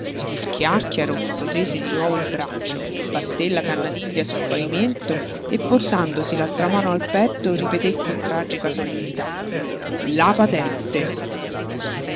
il chiàrchiaro protese di nuovo il braccio batté la canna d'india sul pavimento e portandosi l'altra mano al petto ripeté con tragica solennità la patente